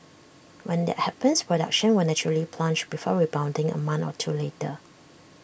when that happens production will naturally plunge before rebounding A month or two later